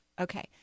Okay